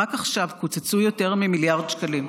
רק עכשיו קוצצו יותר ממיליארד שקלים.